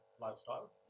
lifestyle